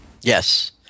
yes